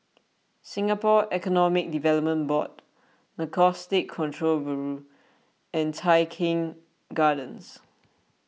Singapore Economic Development Board Narcotics Control Bureau and Tai Keng Gardens